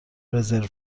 رزرو